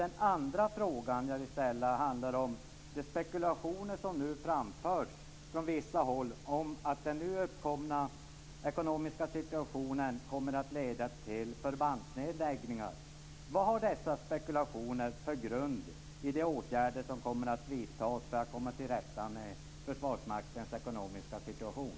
Min andra fråga handlar om de spekulationer som framförts från vissa håll om att den nu uppkomna ekonomiska situationen kommer att leda till förbandsnedläggningar. Vad har dessa spekulationer för grund i de åtgärder som kommer att vidtas för att komma till rätta med Försvarsmaktens ekonomiska situation?